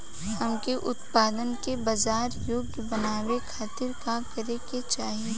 हमके उत्पाद के बाजार योग्य बनावे खातिर का करे के चाहीं?